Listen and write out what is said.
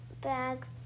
bags